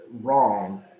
wrong